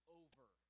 over